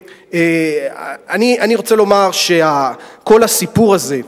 אני רוצה לומר שכל הסיפור הזה,